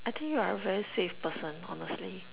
I think you're a very safe person honestly